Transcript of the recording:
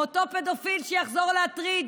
מאותו פדופיל, שיחזור להטריד